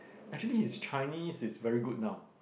actually his Chinese is very good now